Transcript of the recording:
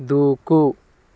దూకు